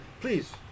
Please